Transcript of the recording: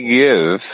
give